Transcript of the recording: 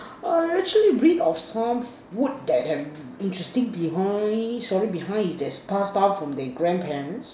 err actually read of some food that have interesting behind story behind is that pass down from their grandparents